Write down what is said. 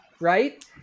right